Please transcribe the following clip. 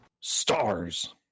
Stars